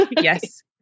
yes